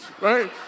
right